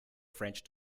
french